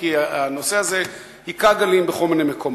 כי הנושא הזה הכה גלים בכל מיני מקומות.